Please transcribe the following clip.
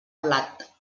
blat